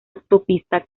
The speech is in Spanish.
autopista